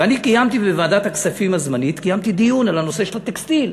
ואני קיימתי בוועדת הכספים הזמנית דיון על נושא הטקסטיל.